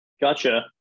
Gotcha